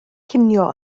cinio